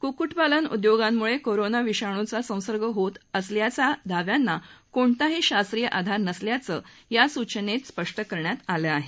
कुक्कुटपालन उद्योगांमुळे कोरोना विषाणूचा संसर्ग होत असल्याच्या दाव्यांना कोणताही शास्त्रीय आधार नसल्याचं या सूचनेत स्पष्ट करण्यात आलं आहे